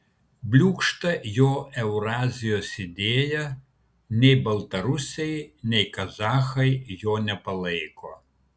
bliūkšta jo eurazijos idėja nei baltarusiai nei kazachai jo nepalaiko